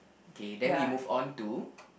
okay then we move on to